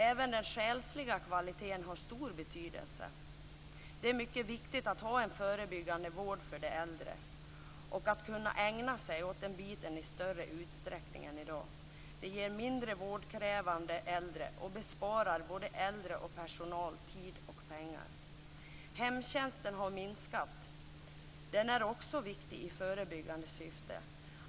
Även den själsliga kvaliteten har stor betydelse. Det är mycket viktigt att ha en förebyggande vård för de äldre och att kunna ägna sig åt den biten i större utsträckning än i dag. Det ger mindre vårdkrävande äldre och besparar både äldre och personal tid och pengar. Hemtjänsten har minskat. Den är också viktig i förebyggande syfte.